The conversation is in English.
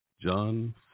John